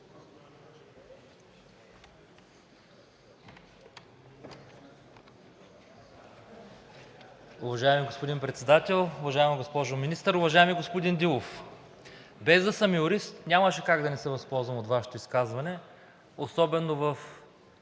Уважаеми господин Председател, уважаема госпожо Министър! Уважаеми господин Дилов! Без да съм юрист, нямаше как да не се възползвам от Вашето изказване, особено в